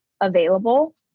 available